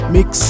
Mix